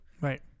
Right